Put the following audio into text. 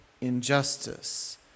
injustice